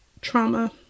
trauma